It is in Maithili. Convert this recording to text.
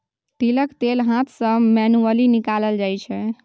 तिलक तेल हाथ सँ मैनुअली निकालल जाइ छै